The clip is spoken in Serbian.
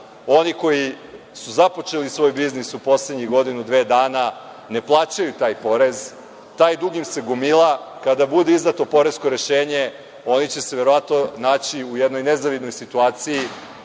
Oni koji su započeli svoj biznis u poslednjih godinu, dve dana, ne plaćaju taj porez, taj dug im se gomila. Kada bude izdato poresko rešenje, oni će se verovatno naći u jednoj nezavidnoj situaciji